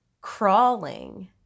crawling